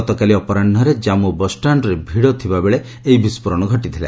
ଗତକାଲି ଅପରାହ୍ନରେ ଜାନ୍ମୁ ବସ୍ଷ୍ଟାଣଠାରେ ଭିଡ ଥିବାବେଳେ ଏହି ବିସ୍ଫୋରଣ ଘଟିଥିଲା